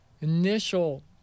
initial